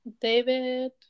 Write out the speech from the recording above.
David